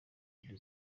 mbili